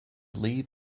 leave